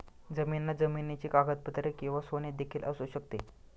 जामिनात जमिनीची कागदपत्रे किंवा सोने देखील असू शकते